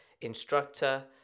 instructor